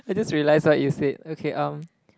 I just realized what you said okay um